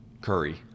Curry